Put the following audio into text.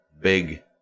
big